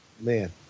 Man